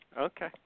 Okay